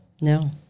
no